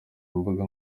imbuga